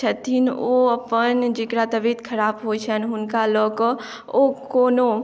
छथिन ओ अपन जेकरा तबियत खराब होइ छनि हुनका लऽ कऽ ओ कोनो